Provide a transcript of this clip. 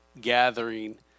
gathering